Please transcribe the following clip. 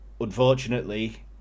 Unfortunately